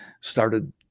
started